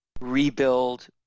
rebuild